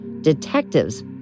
Detectives